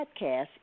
podcast